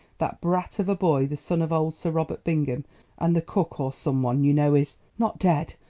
that brat of a boy, the son of old sir robert bingham and the cook or some one, you know, is not dead,